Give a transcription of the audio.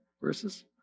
Verses